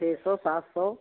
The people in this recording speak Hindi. छः सौ सात सौ